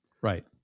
Right